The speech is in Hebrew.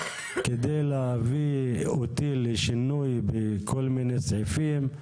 כדי להביא אותי לשינוי בכל מיני סעיפים.